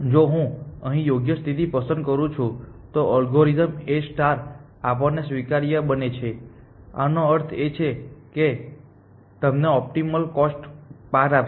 જો હું અહીં યોગ્ય સ્થિતિ પસંદ કરું છું તો અલ્ગોરિધમ A આપણને સ્વીકાર્ય બને છે આનો અર્થ એ છે કે તે તમને ઓપ્ટિમલ કોસ્ટ પાથ આપશે